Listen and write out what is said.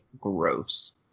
Gross